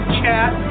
chat